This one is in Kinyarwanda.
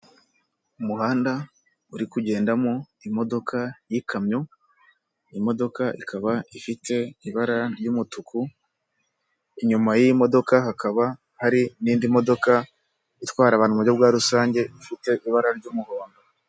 Umuhanda uri kugendamo imodoka y'ikamyo, imodoka ikaba ifite ibara ry'umutuku. Inyuma y'imodoka hakaba hari n'indi modoka itwara abantu mu buryo bwa rusange ifite ibara ry'umuhondo.